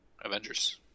Avengers